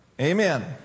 Amen